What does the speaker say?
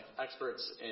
experts